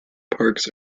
parks